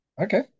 okay